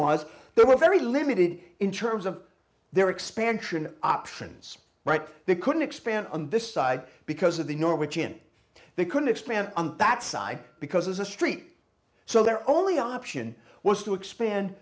was they were very limited in terms of their expansion options right they couldn't expand on this side because of the norwich in they couldn't expand on that side because a street so their only option was to expand